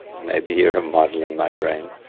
maybe you're a model in my brain.